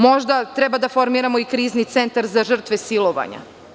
Možda treba da formiramo i krizni centar za žrtve silovanja.